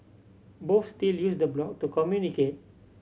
both still use the blog to communicate